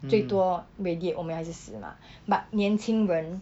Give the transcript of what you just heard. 最多 radiate 我们还是死吗 but 年轻人